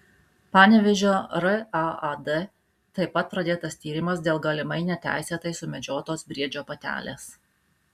panevėžio raad taip pat pradėtas tyrimas dėl galimai neteisėtai sumedžiotos briedžio patelės